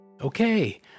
Okay